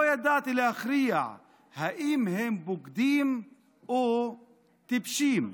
ידעתי להכריע אם הם בוגדים או טיפשים.